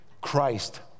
Christ